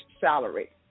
salary